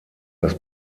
das